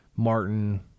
Martin